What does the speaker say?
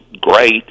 great